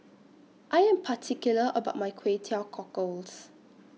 I Am particular about My Kway Teow Cockles